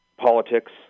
Politics